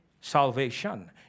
Salvation